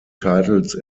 titles